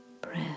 breath